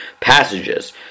passages